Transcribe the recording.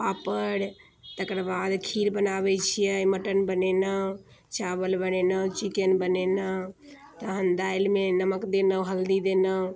पापड़ तकर बाद खीर बनाबै छियै मटन बनेलहुँ चावल बनेलहुँ चिकेन बनेलहुँ तहन दालिमे नमक देलहुँ हल्दी देलहुँ